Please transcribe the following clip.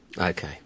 okay